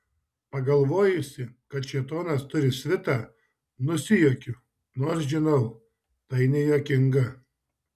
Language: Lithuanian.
pagalvojusi kad šėtonas turi svitą nusijuokiu nors žinau tai nejuokinga